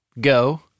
Go